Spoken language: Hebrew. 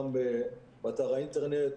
גם באתר האינטרנט,